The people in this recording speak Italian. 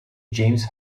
james